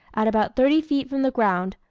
at about thirty feet from the ground,